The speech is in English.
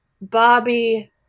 bobby